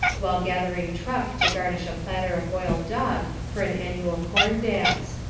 while gathering truck to garnish a platter of boiled dog for an annual corn dance.